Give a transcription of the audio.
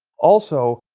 also,